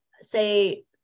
say